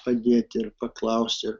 padėti ir paklausti